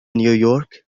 نيويورك